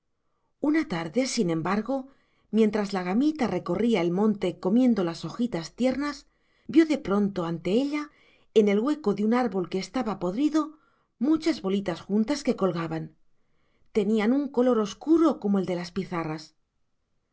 una tarde sin embargo mientras la gamita recorría el monte comiendo las hojitas tiernas vio de pronto ante ella en el hueco de un árbol que estaba podrido muchas bolitas juntas que colgaban tenían un color oscuro como el de las pizarras